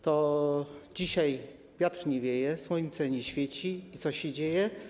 To dzisiaj wiatr nie wieje, słońce nie świeci i co się dzieje?